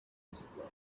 display